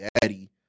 daddy